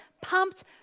pumped